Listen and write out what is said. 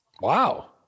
Wow